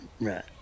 right